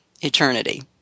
eternity